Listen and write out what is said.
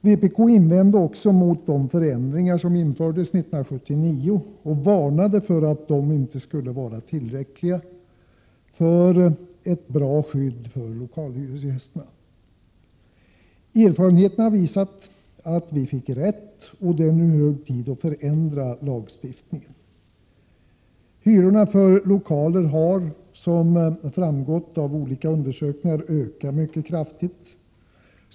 Vpk invände också mot de förändringar som infördes 1979 och varnade för att de inte skulle utgöra ett tillräckligt bra skydd för lokalhyresgästerna. Erfarenheterna har visat att vi fick rätt, och det är nu hög tid att förändra lagstiftningen. Hyrorna för lokaler har som framgått av olika undersökningar ökat mycket kraftigt.